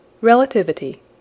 Relativity